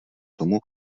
tomu